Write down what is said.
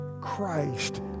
Christ